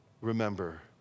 remember